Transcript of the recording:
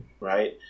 right